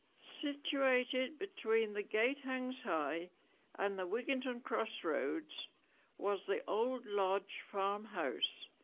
situated between the gate hangs high and the wigginton crossroads was the old lodge farm house.